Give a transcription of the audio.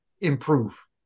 improve